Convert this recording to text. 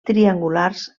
triangulars